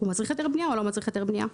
הוא מצריך היתר בנייה או לא מצריך היתר בנייה?